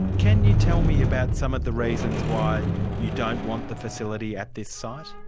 can you tell me about some of the reasons why you don't want the facility at this site?